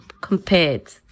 compared